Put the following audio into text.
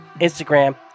instagram